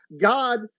God